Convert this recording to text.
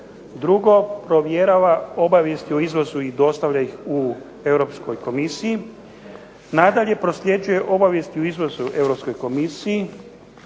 Drugo, provjerava obavijesti o izvozu i dostavlja ih Europskoj komisiji. Nadalje, prosljeđuje obavijesti o izvozu Europskoj komisiji.